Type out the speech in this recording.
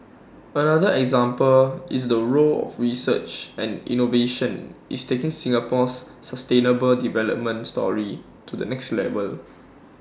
another example is the role of research and innovation is taking Singapore's sustainable development story to the next level